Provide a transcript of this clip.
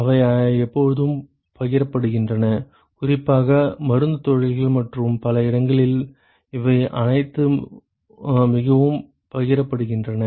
அவை எப்போதும் பகிரப்படுகின்றன குறிப்பாக மருந்துத் தொழில்கள் மற்றும் பல இடங்களில் இவை அனைத்தும் மிகவும் பகிரப்படுகின்றன